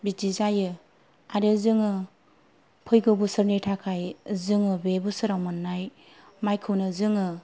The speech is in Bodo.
बिदि जायो आरो जोङो फैगौ बोसोरनि थाखाय जोङो बे बोसोराव मोन्नाय माइखौनो जोङो